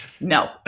No